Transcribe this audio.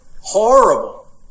horrible